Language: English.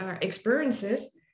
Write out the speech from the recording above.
experiences